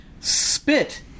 spit